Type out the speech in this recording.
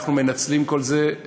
אנחנו מנצלים את כל זה.